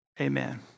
Amen